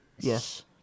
Yes